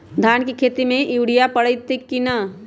धान के खेती में यूरिया परतइ कि न?